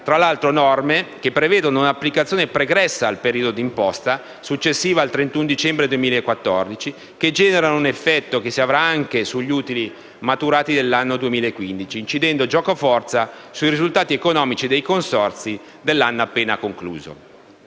Tra l'altro, sono norme che prevedono un'applicazione pregressa al periodo di imposta successivo al 31 dicembre 2014 e che generano un effetto che si avrà anche sugli utili maturati nell'anno 2015, incidendo giocoforza sui risultati economici dei consorzi dell'anno appena concluso.